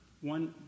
one